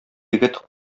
егет